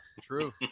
true